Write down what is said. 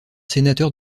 sénateur